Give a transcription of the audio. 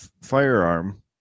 firearm